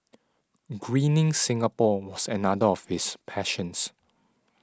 greening Singapore was another of his passions